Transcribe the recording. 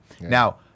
Now